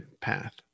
path